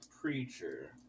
preacher